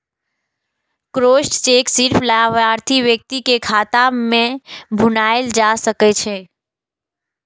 crossed cheque सिर्फ लाभार्थी व्यक्ति के खाता मे भुनाएल जा सकै छै